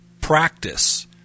practice